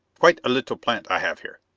quite a little plant i have here?